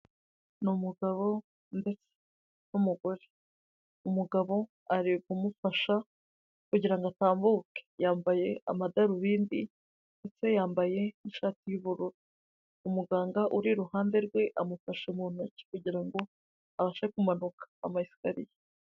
Ni umugabo ndetse n'umugore, umugabo ari kumufasha kugira ngo atambuke, yambaye amadarubindi ndetse yambaye n'ishati y'ubururu, umuganga uri iruhande rwe, amufashe mu ntoki kugira ngo abashe kumanuka ama esikariye.